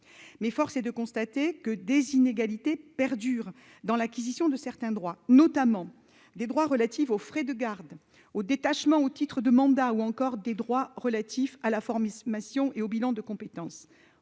mais force est de constater que des inégalités perdurent dans l'acquisition de certains droits, notamment des droits relatives aux frais de garde au détachement au titre de mandat ou encore des droits relatifs à la forme inhumation et au bilan de compétences,